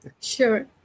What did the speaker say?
Sure